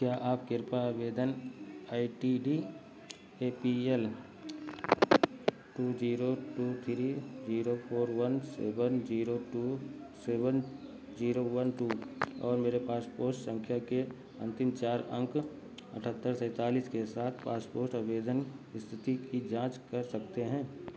क्या आप कृपया आवेदन I T D A P L two zero two three zero four one seven zero two seven zero one two और मेरी passport सँख्या के अन्तिम चार अंक अठहत्तर सैँतालिस के साथ पासपोर्ट आवेदन ईस्थिति की जाँच कर सकते हैं